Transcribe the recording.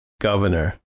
governor